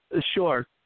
sure